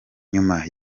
nyuma